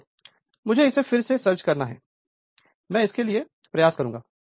रुको मुझे इसे फिर से सर्च करना है मैं इसके लिए प्रयास करूंगा